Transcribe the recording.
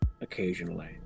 occasionally